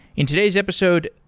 in today's episode,